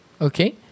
Okay